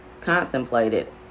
contemplated